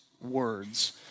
words